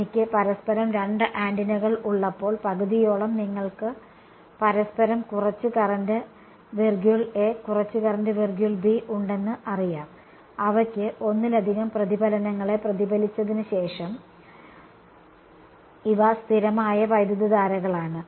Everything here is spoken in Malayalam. എനിക്ക് പരസ്പരം രണ്ട് ആന്റിനകൾ ഉള്ളപ്പോൾ പകുതിയോളം നിങ്ങൾക്ക് പരസ്പരം കുറച്ച് കറന്റ് കുറച്ച് കറന്റ് ഉണ്ടെന്ന് അറിയാം അവയ്ക്ക് ഒന്നിലധികം പ്രതിഫലനങ്ങളെ പ്രതിഫലിപ്പിച്ചതിന് ശേഷം ഇവ സ്ഥിരമായ വൈദ്യുതധാരകളാണ്